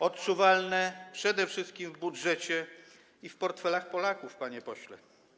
Odczuwalne przede wszystkim w budżecie i w portfelach Polaków, panie pośle.